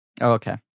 okay